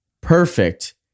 perfect